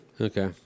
Okay